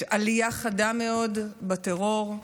יש עלייה חדה מאוד בטרור.